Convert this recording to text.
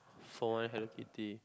for one Hello-Kitty